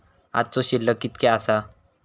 आजचो शिल्लक कीतक्या आसा?